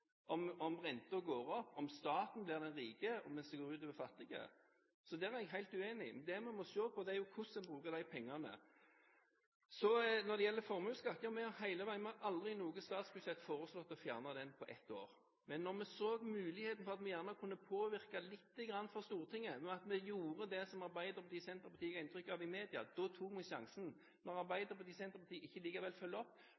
om renten går opp, at staten blir den rike, mens det går ut over fattige. Så der er jeg helt uenig. Det vi må se på, er hvordan vi bruker disse pengene. Når det gjelder formuesskatten, har vi aldri i noe statsbudsjett foreslått å fjerne den på ett år. Men da vi så muligheten for at vi kunne påvirke lite grann fra Stortinget ved at vi gjorde det Arbeiderpartiet og Senterpartiet ga inntrykk av i media, tok vi sjansen. Når Arbeiderpartiet og Senterpartiet likevel ikke følger opp,